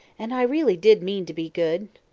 and i really did mean to be good.